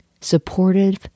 supportive